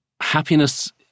happiness